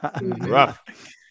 rough